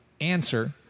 Answer